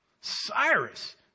Cyrus